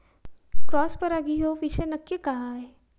Cross परागी ह्यो विषय नक्की काय?